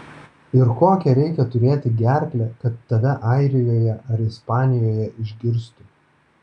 ir kokią reikia turėti gerklę kad tave airijoje ar ispanijoje išgirstų